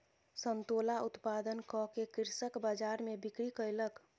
संतोला उत्पादन कअ के कृषक बजार में बिक्री कयलक